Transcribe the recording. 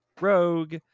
rogue